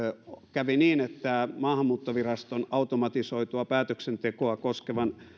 kävi niin että maahanmuuttoviraston automatisoitua päätöksentekoa koskevan